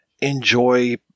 enjoy